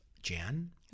jan